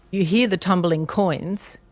you hear the tumbling coins.